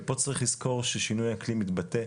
פה צריך לזכור, ששינוי האקלים מתבטא,